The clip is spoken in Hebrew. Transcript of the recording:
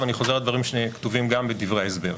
ואני חוזר על הדברים שלי שכתובים גם בדברי ההסבר.